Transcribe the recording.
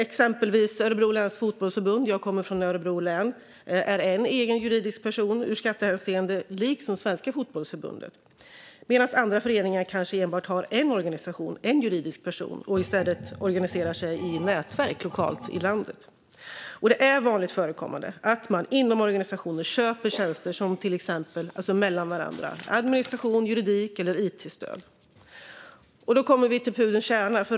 Exempelvis är Örebro Läns Fotbollförbund - jag kommer från Örebro län - en egen juridisk person i skattehänseende, liksom Svenska Fotbollförbundet, medan andra föreningar enbart har en organisation, en juridisk person, och i stället organiserar sig i nätverk lokalt i landet. Det är vanligt förekommande att man inom organisationer köper tjänster mellan varandra, till exempel administration, juridik eller it-stöd. Då kommer vi till pudelns kärna.